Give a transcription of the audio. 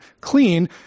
clean